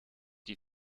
die